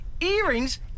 Earrings